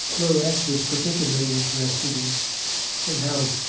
lorenz was particularly interested in in how